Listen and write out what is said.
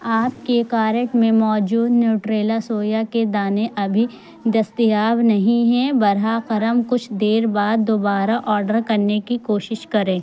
آپ کے کارٹ میں موجود نیوٹریلا سویا کے دانے ابھی دستیاب نہیں ہیں براہِ کرم کچھ دیر بعد دوبارہ آڈر کرنے کی کوشش کریں